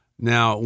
Now